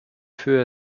feu